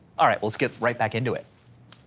all right, let's get right back into it.